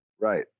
Right